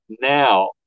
now